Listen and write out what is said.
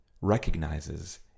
recognizes